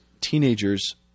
teenagers